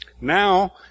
Now